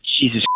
Jesus